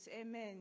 Amen